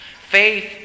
Faith